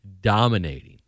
dominating